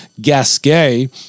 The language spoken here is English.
Gasquet